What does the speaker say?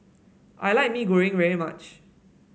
I like Mee Goreng very much